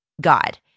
God